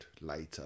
later